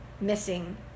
missing